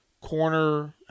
corner